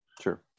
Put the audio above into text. Sure